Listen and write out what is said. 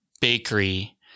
bakery